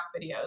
videos